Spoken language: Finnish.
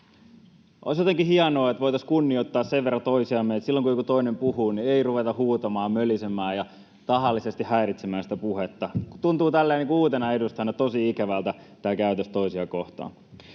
Olisi jotenkin hienoa, että voitaisiin kunnioittaa sen verran toisiamme, että silloin kun joku toinen puhuu, niin ei ruveta huutamaan, mölisemään ja tahallisesti häiritsemään sitä puhetta. Tuntuu tälleen uutena edustajana tosi ikävältä tämä käytös toisia kohtaan.